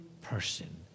person